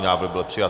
Návrh byl přijat.